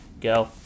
go